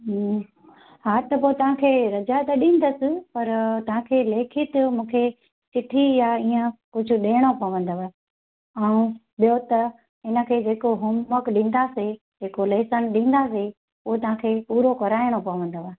हूं हा त पोइ तांखे रज़ा त ॾींदसि पर तव्हांखे लेखित मूंखे चिठी या ईअं कझु ॾियणो पवंदव ऐं ॿियो त इनखे जेको होमवर्क ॾींदासीं जेको लेसन ॾींदासीं उहो तव्हांखे पूरो कराइणो पवंदव